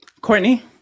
Courtney